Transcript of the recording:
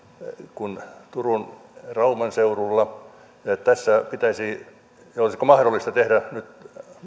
kuin turun ja rauman seudulla olisiko tässä mahdollista tehdä nyt